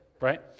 right